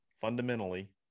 fundamentally